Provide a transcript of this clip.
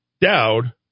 Dowd